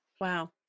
Wow